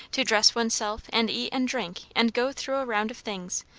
to dress oneself, and eat and drink, and go through a round of things,